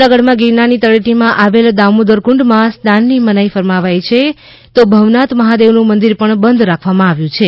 જુનાગઢ માં ગિરનાર ની તળેટી માં આવેલ દામોદર કુંડ માં સ્નાન ની મનાઈ ફરમાવાઈ છે તો ભવનાથ મહાદેવ નું મંદિર પણ બંધ રાખવામા આવ્યું છે